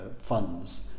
funds